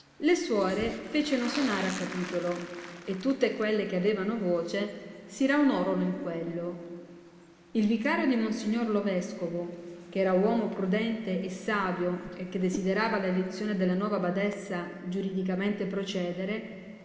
le suore feceno sonare a capitolo e tutte quelle che avevano voce si raunorono in quello il vicario di monsignor lo vescovo che era uomo prudente e savio e che desiderava la elezzione della nuova badessa giuridicamente prociedere